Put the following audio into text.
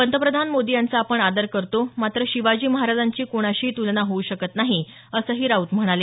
पंतप्रधान मोदी यांचा आपण आदर करतो मात्र शिवाजी महाराजांची कोणाशीही तुलना होऊ शकत नाही असंही राऊत म्हणाले